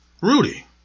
Rudy